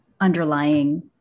underlying